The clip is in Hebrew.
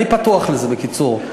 אני פתוח לזה, בקיצור.